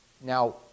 Now